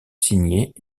signées